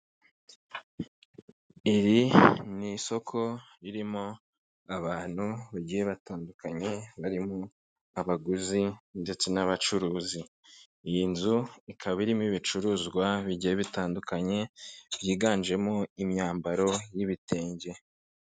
Iri ni isoko ririmo abantu bagiye batandukanye barimo abaguzi ndetse n'abacuruzi. Iyi nzu ikaba irimo ibicuruzwa bigiye bitandukanye byiganjemo imyambaro y'ibitenge.